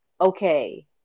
okay